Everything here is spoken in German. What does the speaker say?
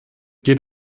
geht